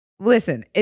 Listen